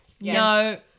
No